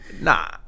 Nah